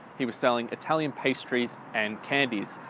he was selling italian pastries and candies.